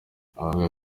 avuga